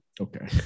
okay